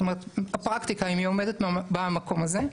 זאת אומרת, הפרקטיקה אם היא עומדת במקום הזה.